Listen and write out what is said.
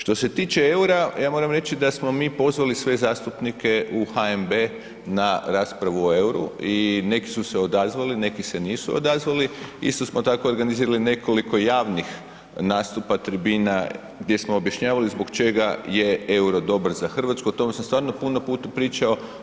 Što se tiče eura, ja moram reći da smo mi pozvali sve zastupnike u HNB na raspravu o euru i neki su se odzvali, neki se nisu odazvali, isto smo tako organizirali nekoliko javnih nastupa tribina gdje smo objašnjavali zbog čega je euro dobar za Hrvatsku o tome sam stvarno puno puta pričao.